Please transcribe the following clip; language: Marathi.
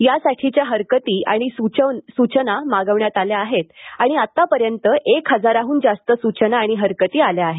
यासाठीच्या हरकती आणि सूचना मागवण्यात आल्या असून आत्तापर्यंत एक हजाराहून जास्त सूचना हरकती आल्या आहेत